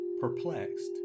perplexed